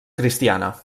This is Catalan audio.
cristiana